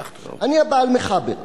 אני ה"בעל מחבר",